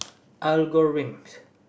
I'll go rims